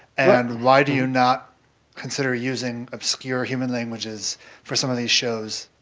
and why do you not consider using obscure human languages for some of these shows?